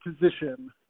position